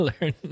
learn